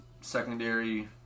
secondary